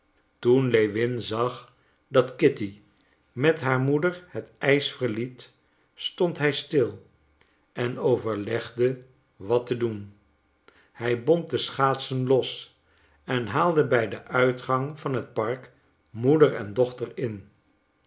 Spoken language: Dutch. toen lewin zag dat kitty met haar moeder het ijs verliet stond hij stil en overlegde wat te doen hij bond de schaatsen los en haalde bij den uitgang van het park moeder en dochter in